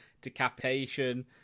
decapitation